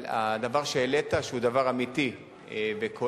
אבל הדבר שהעלית, שהוא דבר אמיתי וכואב,